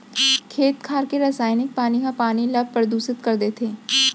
खेत खार के रसइनिक पानी ह पानी ल परदूसित कर देथे